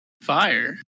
Fire